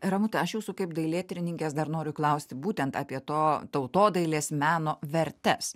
ramute aš jūsų kaip dailėtyrininkės dar noriu klausti būtent apie to tautodailės meno vertes